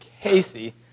Casey